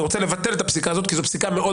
אני רוצה לבטל את הפסיקה הזאת כי זאת פסיקה מאוד